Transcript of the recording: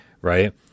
Right